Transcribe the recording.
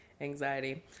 anxiety